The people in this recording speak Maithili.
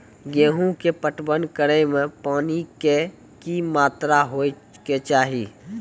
गेहूँ के पटवन करै मे पानी के कि मात्रा होय केचाही?